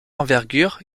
envergure